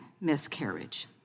miscarriage